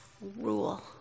rule